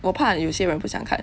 我怕有些人不想看